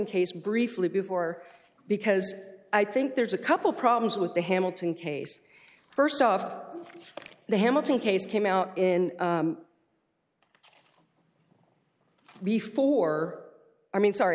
case briefly before because i think there's a couple problems with the hamilton case st off the hamilton case came out in before i mean sorry